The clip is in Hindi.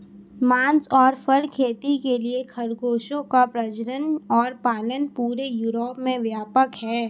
मांस और फर खेती के लिए खरगोशों का प्रजनन और पालन पूरे यूरोप में व्यापक है